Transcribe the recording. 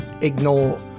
ignore